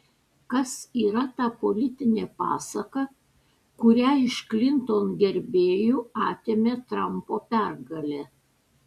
kas yra ta politinė pasaka kurią iš klinton gerbėjų atėmė trampo pergalė